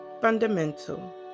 fundamental